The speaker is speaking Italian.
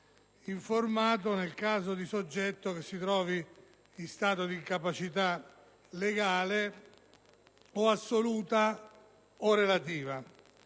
informato nel caso di soggetto che si trovi in stato di incapacità legale assoluta o relativa.